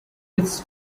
its